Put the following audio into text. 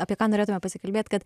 apie ką norėtume pasikalbėt kad